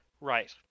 Right